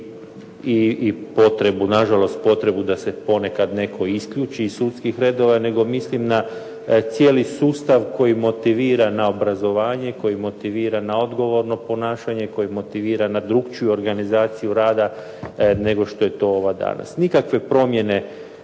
potrebu, na žalost potrebu da se ponekad netko isključi iz sudskih redova nego mislim na cijeli sustav koji motivira na obrazovanje, koji motivira na odgovorno ponašanje, koji motivira na drukčiju organizaciju rada nego što je to ova danas. Nikakve promjene